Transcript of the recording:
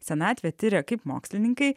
senatvę tiria kaip mokslininkai